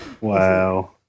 Wow